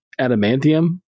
adamantium